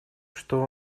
что